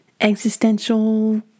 existential